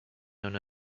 known